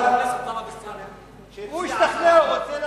אני השתכנעתי